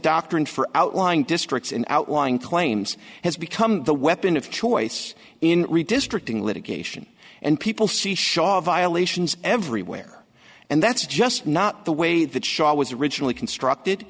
doctrine for outlying districts in outlying claims has become the weapon of choice in redistricting litigation and people see shaw everywhere and that's just not the way that shot was originally constructed